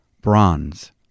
Bronze